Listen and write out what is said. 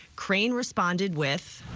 crane responded with